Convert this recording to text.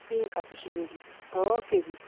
ठीकु आहे खुशबू जी ओके जी